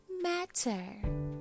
matter